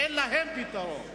לאלה אין פתרון,